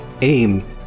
aim